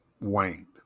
waned